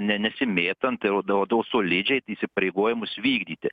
ne nesimėtant oda odo solidžiai įsipareigojimus vykdyti